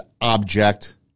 object